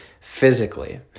physically